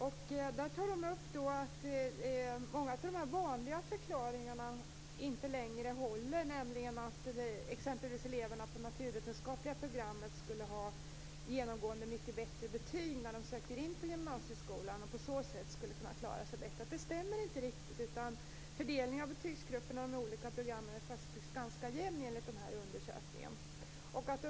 Man tar upp att många av de vanliga förklaringarna inte längre håller, t.ex. att eleverna på naturvetenskapliga programmet skulle ha genomgående mycket bättre betyg när de söker in till gymnasieskolan och därför skulle klara sig bättre. Det här stämmer inte riktigt. Fördelningen av betygsgrupperna i de olika programmen är faktiskt ganska jämn, enligt den här undersökningen.